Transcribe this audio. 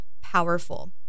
powerful